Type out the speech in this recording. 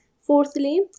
Fourthly